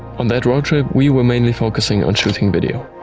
on that road trip, we were mainly focusing on shooting video.